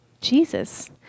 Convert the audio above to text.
Jesus